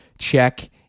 Check